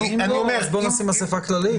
אם לא, אז בוא נשים אספה כללית?